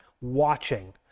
watching